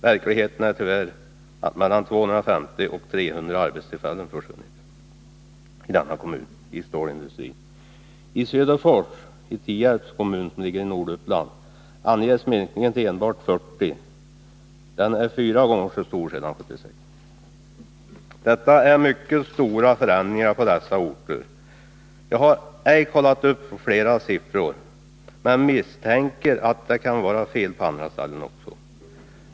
Verkligheten är tyvärr att mellan 250 och 300 arbetstillfällen försvunnit i stålindustrin i denna kommun. I Söderfors, i Tierps kommun i Norduppland, anges minskningen sedan 1976 till enbart 40 arbetstillfällen; den är fyra gånger så stor. Detta är mycket stora förändringar på dessa orter. Jag har ej kollat upp flera siffror men misstänker att det kan vara fel på andra ställen också.